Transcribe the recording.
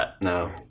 No